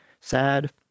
sad